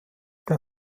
der